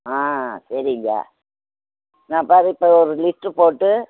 ஆ சரிங்க நான் பார் இப்போ ஒரு லிஸ்டு போட்டு